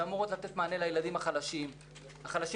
שאמורות לתת מענה לילדים החלשים ביותר.